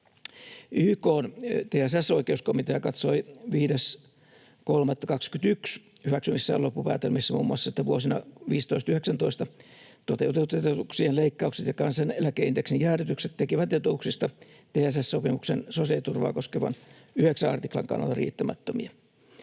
YK:n TSS-oikeuskomitea katsoi 5.3.2021 hyväksymissään loppupäätelmissä muun muassa, että vuosina 2015—2019 toteutetut etuuksien leikkaukset ja kansaneläkeindeksin jäädytykset tekivät etuuksista TSS-sopimuksen sosiaaliturvaa koskevan 9 artiklan kannalta riittämättömiä.